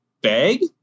bag